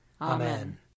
Amen